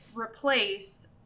replace